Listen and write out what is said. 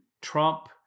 Trump